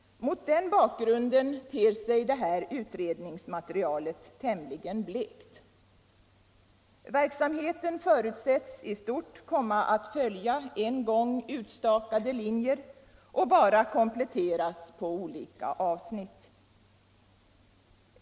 Mot den bakgrunden ter sig utredningsmaterialet tämligen blekt. Verksamheten förutsätts i stort komma att följa en gång utstakade linjer och bara kompletteras på olika avsnitt.